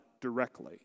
directly